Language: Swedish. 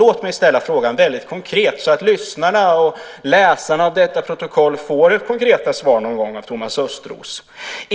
Låt mig ställa frågan väldigt konkret, så att lyssnarna och läsarna av protokollet från denna debatt får konkreta svar någon gång av Thomas Östros.